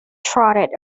trotted